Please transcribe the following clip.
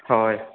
हय